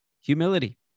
humility